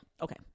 Okay